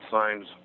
signs